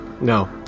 no